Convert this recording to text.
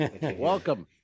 Welcome